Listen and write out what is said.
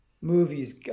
movies